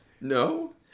No